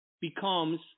becomes